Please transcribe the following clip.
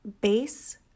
base